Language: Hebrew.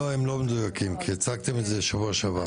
לא, הם לא מדויקים, כי הצגתם את זה שבוע שעבר.